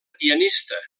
pianista